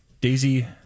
Daisy